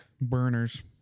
Burners